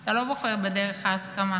אתה לא בוחר בדרך ההסכמה,